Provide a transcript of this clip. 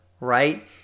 right